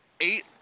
eight